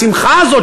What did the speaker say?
השמחה הזאת,